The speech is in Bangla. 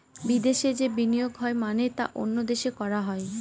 বিদেশে যে বিনিয়োগ হয় মানে তা অন্য দেশে করা হয়